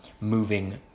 moving